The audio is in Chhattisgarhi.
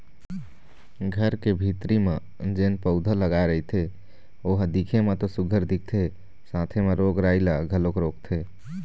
घर के भीतरी म जेन पउधा लगाय रहिथे ओ ह दिखे म तो सुग्घर दिखथे साथे म रोग राई ल घलोक रोकथे